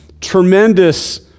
tremendous